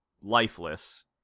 lifeless